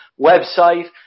website